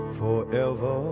forever